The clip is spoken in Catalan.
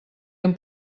amb